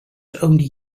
only